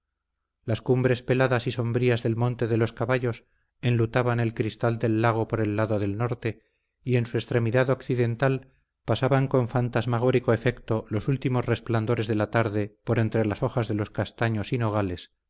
las cumbres peladas y sombrías del monte de los caballos enlutaban el cristal del lago por el lado del norte y en su extremidad occidental pasaban con fantasmagórico efecto los últimos resplandores de la tarde por entre las hojas de los castaños y nogales